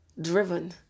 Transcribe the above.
Driven